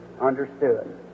understood